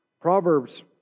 Proverbs